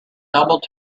doubled